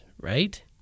right